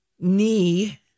knee